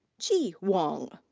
qi wang.